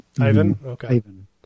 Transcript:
Ivan